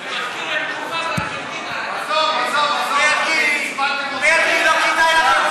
זה מזכיר תקופה בארגנטינה.